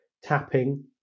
tapping